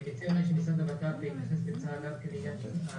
אני מציע שמשרד הבט"פ יתייחס בקצרה גם כן לעניין ---.